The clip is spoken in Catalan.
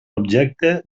objecte